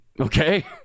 Okay